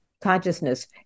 consciousness